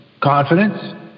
confidence